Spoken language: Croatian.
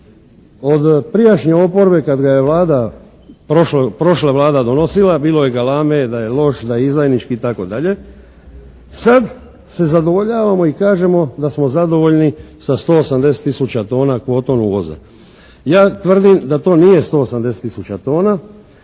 od prijašnje oporbe kad ga je Vlada, prošla Vlada donosila bilo je galame da je loš, da je izdajnički, itd. Sad se zadovoljavamo i kažemo da smo zadovoljni sa 180 tisuća tona kvotom uvoza. Ja tvrdim da to nije 180 tisuća tona,